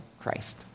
Christ